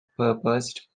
purposed